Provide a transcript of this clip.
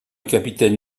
capitaine